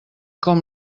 com